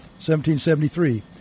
1773